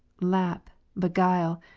lap, beguile,